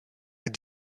est